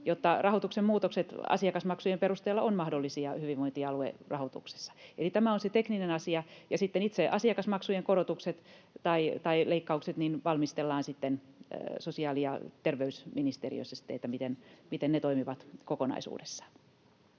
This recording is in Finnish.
jotta rahoituksen muutokset asiakasmaksujen perusteella ovat mahdollisia hyvinvointialuerahoituksessa. Eli tämä on se tekninen asia, ja sitten itse asiakasmaksujen korotukset tai leikkaukset valmistellaan sosiaali- ja terveysministeriössä, että miten ne toimivat kokonaisuudessaan.